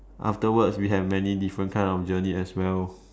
afterwards we have many different kinds of journeys as well